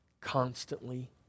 constantly